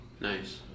Nice